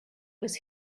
was